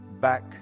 back